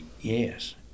Yes